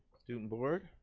student board?